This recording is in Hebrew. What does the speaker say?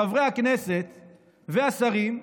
חברי הכנסת והשרים,